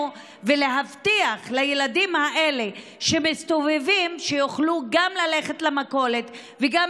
ולהבטיח לילדים האלה שמסתובבים שיוכלו גם ללכת למכולת וגם